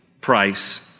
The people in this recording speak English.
price